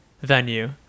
venue